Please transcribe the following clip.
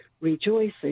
rejoicing